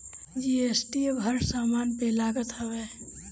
GST अब हर समान पे लागत हवे